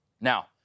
Now